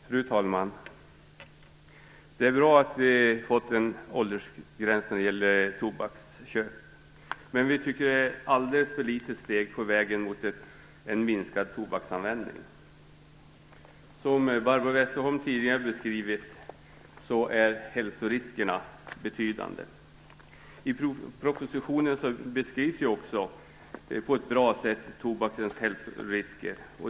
Fru talman! Det är bra att vi har fått en åldersgräns när det gäller tobaksköp. Men jag tycker att det är ett alldeles för litet steg på vägen mot en minskad tobaksanvändning. Som Barbro Westerholm tidigare har beskrivit är hälsoriskerna betydande. I propositionen beskrivs också på ett bra sätt tobakens hälsorisker.